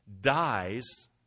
dies